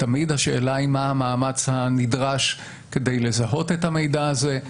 תמיד השאלה מה המאמץ הנדרש כדי לזהות את המידע הזה,